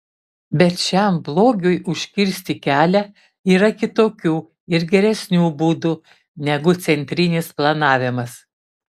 bet šiam blogiui užkirsti kelią yra kitokių ir geresnių būdų negu centrinis planavimas